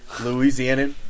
Louisiana